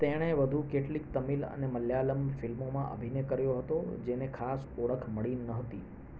તેણે વધુ કેટલીક તમિલ અને મલયાલમ ફિલ્મોમાં અભિનય કર્યો હતો જેને ખાસ ઓળખ મળી ન હતી